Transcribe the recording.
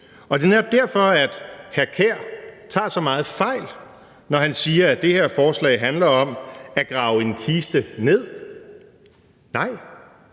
er netop derfor, at hr. Kasper Sand Kjær tager så meget fejl, når han siger, at det her forslag handler om at grave en kiste ned. Nej,